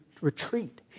retreat